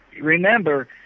remember